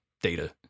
data